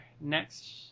next